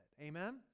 Amen